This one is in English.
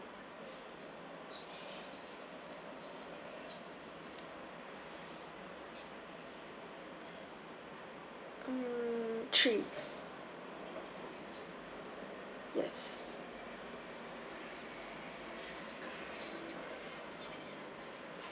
mm three yes